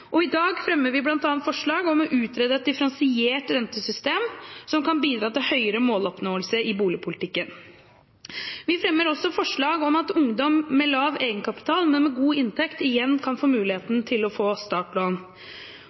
og i dag er vi bl.a. med på å fremme et forslag om å utrede et differensiert rentesystem som kan bidra til høyere måloppnåelse i boligpolitikken. Vi er også med på å fremme et forslag om at ungdom med lav egenkapital, men med god inntekt, igjen kan få muligheten til å få startlån.